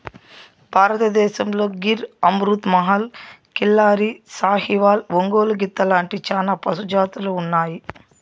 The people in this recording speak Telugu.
భారతదేశంలో గిర్, అమృత్ మహల్, కిల్లారి, సాహివాల్, ఒంగోలు గిత్త లాంటి చానా పశు జాతులు ఉన్నాయి